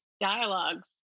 dialogues